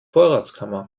vorratskammer